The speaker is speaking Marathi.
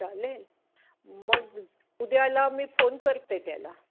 चालेल मग उद्याला मी फोन करते त्याला